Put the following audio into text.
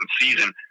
season